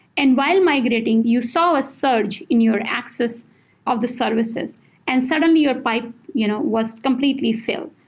and while migrating you saw a surge in your access of the services and certainly your pipe you know was completely filled.